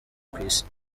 kw’isi